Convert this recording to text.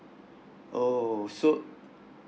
oh so